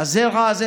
והזרע הזה,